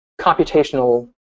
computational